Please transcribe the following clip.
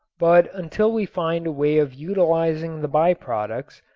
but until we find a way of utilizing the by-products,